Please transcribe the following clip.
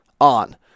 On